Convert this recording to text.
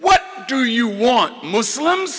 what do you want muslim